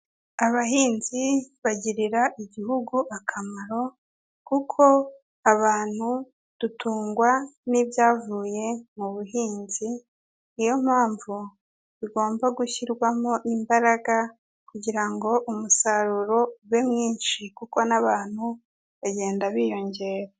Abahinzi bagirira igihugu akamaro kuko abantu dutungwa n'ibyavuye mu buhinzi, niyo mpamvu bigomba gushyirwamo imbaraga kugirango umusaruro ube mwinshi kuko n'abantu bagenda biyongera.